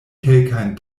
kelkajn